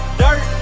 dirt